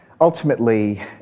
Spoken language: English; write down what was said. Ultimately